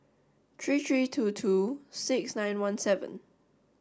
three three two two six nine one seven